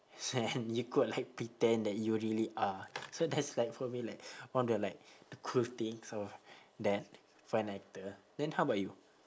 and you could like pretend that you really are so that's like for me like one of the like the cool things for that for an actor then how about you